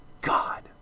God